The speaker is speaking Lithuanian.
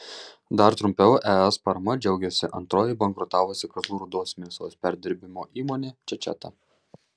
dar trumpiau es parama džiaugėsi antroji bankrutavusi kazlų rūdos mėsos perdirbimo įmonė čečeta